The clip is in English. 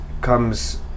comes